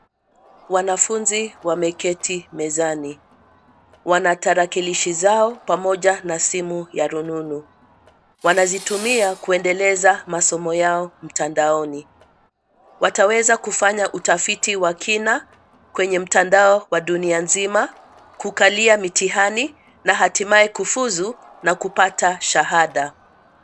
Wanafunzi wameketi mezani, wana tarakilishi zao pamoja na simu ya rununu. Wanazitumia kuendeleza masomo yao mtandaoni, wataweza kufanya utafiti wa kina kwenye mtandao wa dunia nzima, kukalia mitihani na hatimaye kufuzu na kupata shahada.